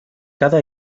cada